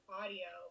audio